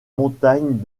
montagnes